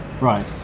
Right